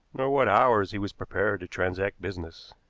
nor what hours he was prepared to transact business.